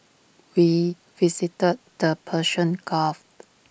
we visited the Persian gulf